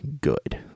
good